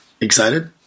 Excited